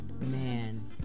man